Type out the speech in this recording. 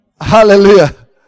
Hallelujah